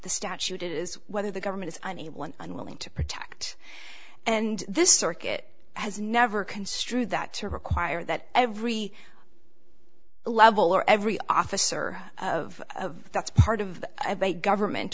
the statute it is whether the government is unable and unwilling to protect and this circuit has never construed that to require that every level or every officer of that's part of a government